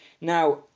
Now